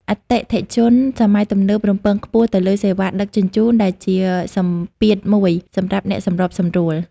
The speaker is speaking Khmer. អតិថិជនសម័យទំនើបរំពឹងខ្ពស់ទៅលើសេវាដឹកជញ្ជូន ដែលជាសម្ពាធមួយសម្រាប់អ្នកសម្របសម្រួល។